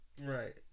Right